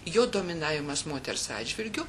jo dominavimas moters atžvilgiu